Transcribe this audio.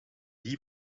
die